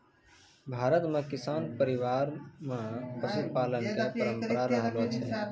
भारत मॅ किसान परिवार मॅ पशुपालन के परंपरा रहलो छै